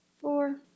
four